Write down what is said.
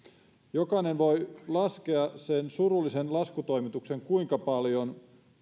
jokainen voi laskea sen surullisen laskutoimituksen kuinka paljon